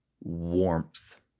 warmth